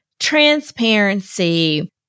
Transparency